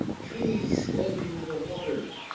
trees standing in the water,